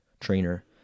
trainer